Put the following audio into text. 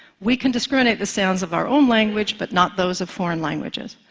we can discriminate the sounds of our own language, but not those of foreign languages.